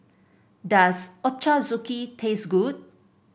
does Ochazuke taste good